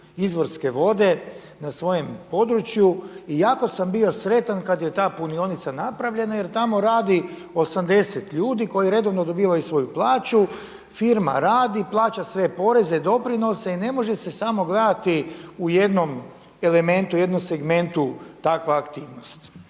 izvorske vode na svojem području. I ako sam bio sretan kada je ta punionica napravljena jer tamo radi 80 ljudi koji redovno dobivaju svoju plaću, firma radi, plaća sve poreze i doprinose i ne može se samo gledati u jednom elementom, u jednom segmentu takva aktivnost.